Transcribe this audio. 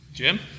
Jim